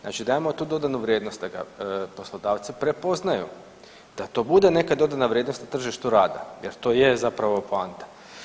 Znači dajemo tu dodanu vrijednost da poslodavci prepoznaju, da to bude neka dodana vrijednost na tržištu rada jer to je zapravo poanta.